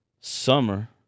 summer